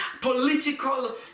political